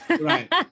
Right